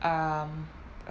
um